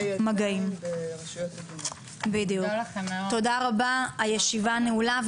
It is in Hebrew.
תודה רבה, הישיבה נעולה.